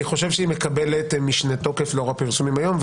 מקבלת משנה תוקף לאור הפרסומים היום.